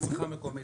בצריכה המקומית.